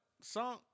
song